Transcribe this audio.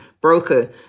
broker